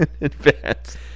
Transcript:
advance